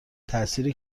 تاثیر